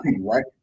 right